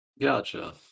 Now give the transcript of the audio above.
Gotcha